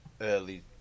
early